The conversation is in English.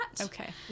Okay